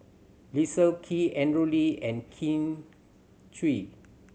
Leslie Kee Andrew Lee and Kin Chui